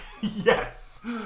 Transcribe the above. Yes